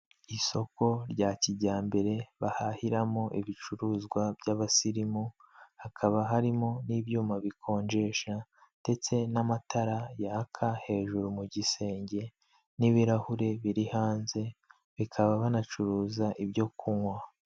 Isoko rya kijyambere bahahiramo ibicuruzwa by'abasirimu, hakaba harimo n'ibyuma bikonjesha ndetse n'amatara yaka hejuru mu gisenge, n'ibirahure biri hanze bakaba banacuruza ibyo kunywa.